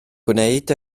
gwneud